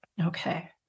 Okay